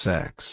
Sex